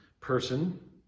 person